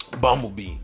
Bumblebee